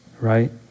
right